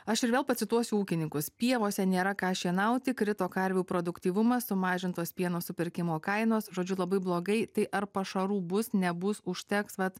aš ir vėl pacituosiu ūkininkus pievose nėra ką šienauti krito karvių produktyvumas sumažintos pieno supirkimo kainos žodžiu labai blogai tai ar pašarų bus nebus užteks vat